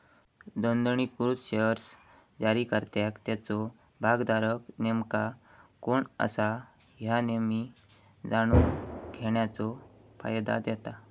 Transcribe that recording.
नोंदणीकृत शेअर्स जारीकर्त्याक त्याचो भागधारक नेमका कोण असा ह्या नेहमी जाणून घेण्याचो फायदा देता